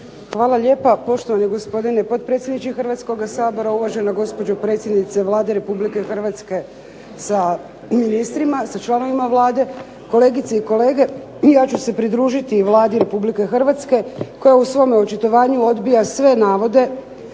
Hvala lijepa. Poštovani gospodine potpredsjedniče Hrvatskoga sabora, uvažena gospođo predsjednice Vlade Republike Hrvatske sa ministrima, sa članovima Vlade, kolegice i kolege. I ja ću se pridružiti Vladi Republike Hrvatske koja u svome očitovanju odbija sve navode,